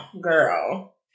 Girl